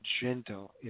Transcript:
gentle